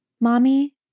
Mommy